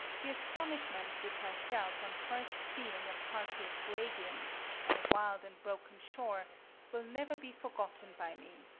the astonishment which i felt on first seeing a party of fuegians on a wild and broken shore will never be forgotten by me,